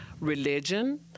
religion